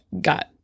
got